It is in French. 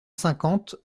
cinquante